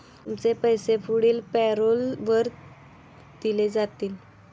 तुमचे पैसे पुढील पॅरोलवर दिले जातील